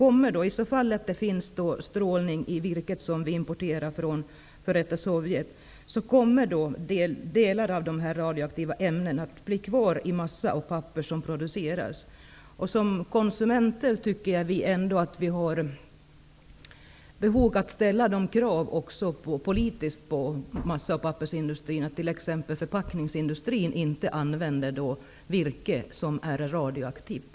Om det finns strålning i det importerade virket från f.d. Sovjet, kommer delar av de radioaktiva ämnena att bli kvar i den massa och det papper som produceras. Som konsumenter måste vi ställa politiska krav på massa och pappersindustrin, exempelvis att förpackningsindustrin inte använder virke som är radioaktivt.